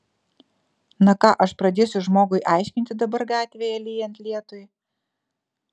na ką aš pradėsiu žmogui aiškinti dabar gatvėje lyjant lietui